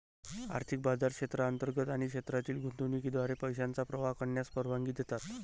आर्थिक बाजार क्षेत्रांतर्गत आणि क्षेत्रातील गुंतवणुकीद्वारे पैशांचा प्रवाह करण्यास परवानगी देतात